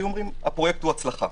היו אומרים: הפרויקט הוא הצלחה.